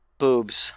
boobs